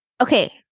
Okay